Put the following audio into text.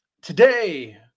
today